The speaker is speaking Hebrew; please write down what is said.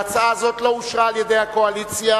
וההצעה הזאת לא אושרה על-ידי הקואליציה,